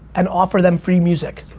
and offer them free music.